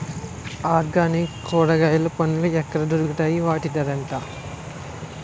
Organic కూరగాయలు పండ్లు ఎక్కడ దొరుకుతాయి? వాటి ధర ఎంత?